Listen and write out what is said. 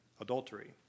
adultery